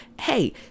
hey